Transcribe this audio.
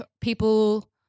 people